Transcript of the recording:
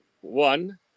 one